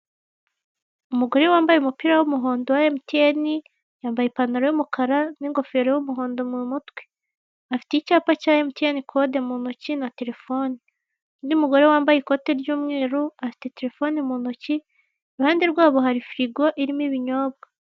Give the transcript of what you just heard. Umugore wambaye umupira w'umuhondo wa emutiyeni yambaye ipantaro y'umukara n'ingofero y'umuhondo mu mutwe, afite icyapa cya emutiyeni kode mu ntoki na telefone, undi mugore wambaye ikote ry'umweru afite telefone mu ntoki iruhande rwabo hari firigo irimo ibinyobwa.